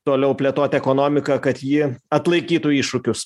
toliau plėtot ekonomiką kad ji atlaikytų iššūkius